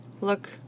look